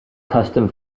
custom